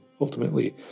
ultimately